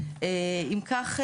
אם כך,